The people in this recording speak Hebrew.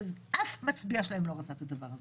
שאף מצביע שלהם לא רצה את הדבר הזה.